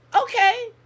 Okay